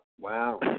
wow